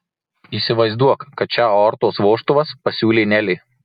įsivaizduok kad čia aortos vožtuvas pasiūlė nelė